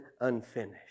unfinished